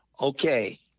Okay